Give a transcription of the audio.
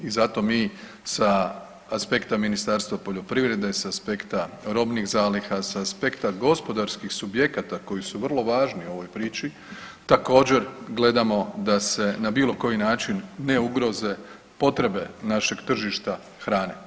I zato mi sa aspekta Ministarstva poljoprivredne, s aspekta robnih zaliha, sa aspekta gospodarskih subjekata koji su vrlo važni u ovoj priči također gledamo da se na bilo koji način ne ugroze potrebe našeg tržišta hrane.